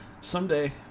Someday